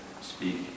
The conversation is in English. speak